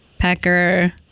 pecker